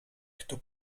kto